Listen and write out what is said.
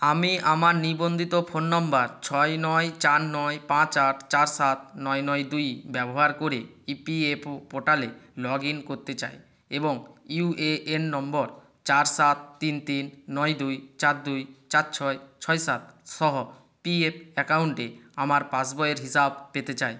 আমি আমার নিবন্ধিত ফোন নম্বর ছয় নয় চার নয় পাঁচ আট চার সাত নয় নয় দুই ব্যবহার করে ইপিএফও পোর্টালে লগ ইন করতে চাই এবং ইউএএন নম্বর চার সাত তিন তিন নয় দুই চার দুই চার ছয় ছয় সাত সহ পিএফ অ্যাকাউন্টে আমার পাস বইয়ের হিসাব পেতে চাই